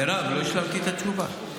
מירב, לא השלמתי את התשובה.